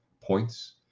points